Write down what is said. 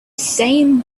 same